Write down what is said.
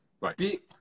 Right